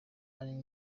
ari